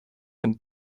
ins